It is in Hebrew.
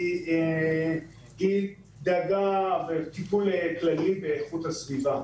היא דאגה וטיפול כללי באיכות הסביבה.